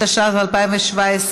16), התשע"ז 2017,